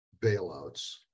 bailouts